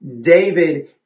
David